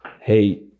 hey